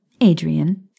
Adrian